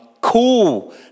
cool